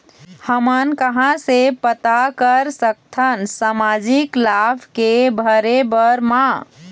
हमन कहां से पता कर सकथन सामाजिक लाभ के भरे बर मा?